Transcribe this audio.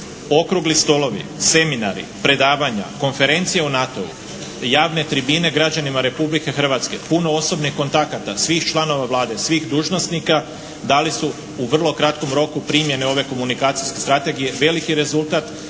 okrugli stolovi, seminari, predavanja, konferencije o NATO-u, javne tribine građanima Republike Hrvatske, puno osobnih kontakata svih članova Vlade, svih dužnosnika dali su u vrlo kratkom roku primjene ove komunikacijske strategije veliki rezultat,